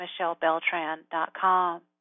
michellebeltran.com